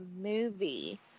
movie